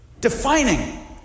Defining